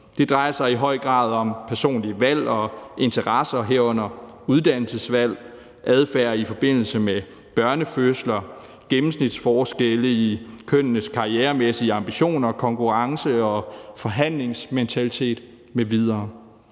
Det drejer sig i høj grad om personlige valg og interesser, herunder uddannelsesvalg, adfærd i forbindelse med børnefødsler, gennemsnitsforskelle i kønnenes karrieremæssige ambitioner og konkurrence og forhandlingsmentalitet m.v.